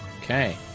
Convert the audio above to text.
okay